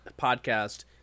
podcast